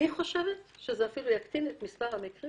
אני חושבת ומקווה שזה יקטין את מספר המקרים